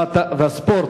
והספורט.